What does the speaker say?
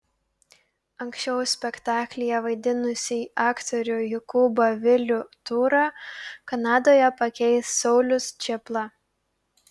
anksčiau spektaklyje vaidinusį aktorių jokūbą vilių tūrą kanadoje pakeis saulius čėpla